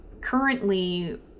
currently